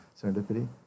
Serendipity